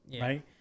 right